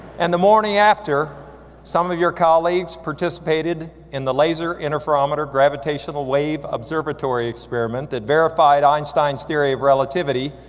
and the morning after some of your colleagues participated in the laser interferometer gravitational-wave observatory experiment that verified einstein's theory of relativity,